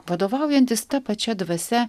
vadovaujantis ta pačia dvasia